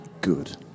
Good